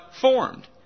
formed